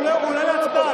והוא עולה להצבעה,